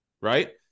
right